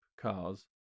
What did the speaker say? cars